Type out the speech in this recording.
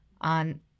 on